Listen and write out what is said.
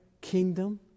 kingdom